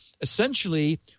essentially